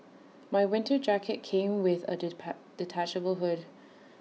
my winter jacket came with A detachable hood